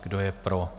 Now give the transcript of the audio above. Kdo je pro?